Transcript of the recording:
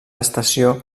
estació